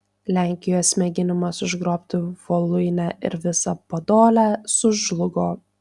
lenkijos mėginimas užgrobti voluinę ir visą podolę sužlugo